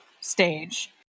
stage